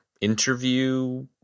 interview